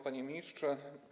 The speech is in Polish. Panie Ministrze!